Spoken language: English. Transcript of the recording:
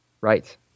Right